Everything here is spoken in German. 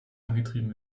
angetrieben